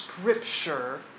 Scripture